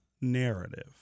narrative